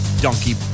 donkey